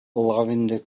lavender